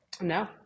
No